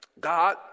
God